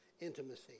intimacy